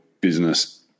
business